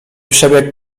przebiegł